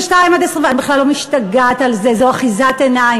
זה צעד ראשון וצעד אחרון, זה צעד הצהרתי.